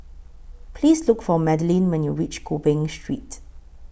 Please Look For Madelynn when YOU REACH Gopeng Street